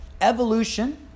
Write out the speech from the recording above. Evolution